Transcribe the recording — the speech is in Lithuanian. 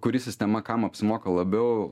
kuri sistema kam apsimoka labiau